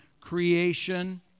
creation